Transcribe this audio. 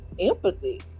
empathy